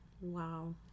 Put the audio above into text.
Wow